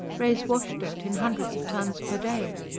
raise washdirt in hundreds of tons per day.